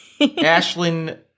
Ashlyn